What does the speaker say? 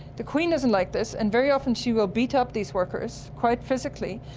the queen doesn't like this and very often she will beat up these workers quite physically.